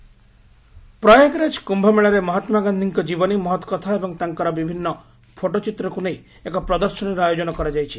କୁମ୍ଭମେଳା ପ୍ରୟାଗରାଜ କୁୟମେଳାରେ ମହାତ୍ମା ଗାନ୍ଧିଙ୍କ ଜୀବନୀ ମହତ୍କଥା ଏବଂ ତାଙ୍କର ବିଭିନ୍ନ ଫୋଟ ଚିତ୍ରକୁ ନେଇ ଏକ ପ୍ରଦର୍ଶନୀର ଆୟୋଜନ କରାଯାଇଛି